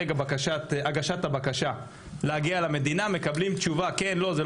אז בבקשה מיכל.